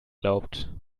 glaubt